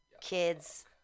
kids